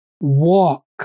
walk